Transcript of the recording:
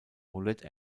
roulette